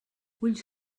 ulls